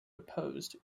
opposed